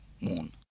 moon